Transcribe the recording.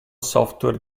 software